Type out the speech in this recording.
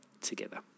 together